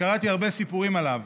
וקראתי הרבה סיפורים עליו,